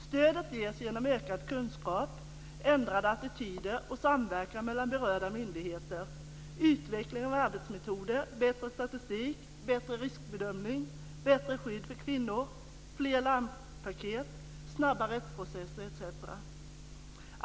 Stödet ges genom ökad kunskap, ändrade attityder och samverkan mellan berörda myndigheter, utveckling av arbetsmetoder, bättre statistik, bättre riskbedömning, bättre skydd för kvinnor, fler larmpaket, snabbare rättsprocesser etc.